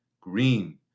green